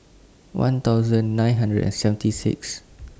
one thousand nine hundred and seventy Sixth